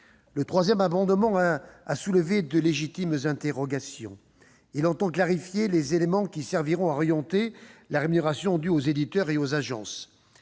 Le troisième amendement a soulevé de légitimes interrogations. Il tend à clarifier les éléments qui serviront à orienter la rémunération due aux éditeurs et aux agences.